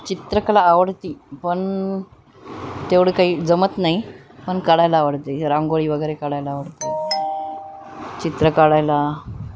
चित्रकला आवडती पण तेवढं काही जमत नाही पण काढायला आवडते रांगोळी वगैरे काढायला आवडते चित्र काढायला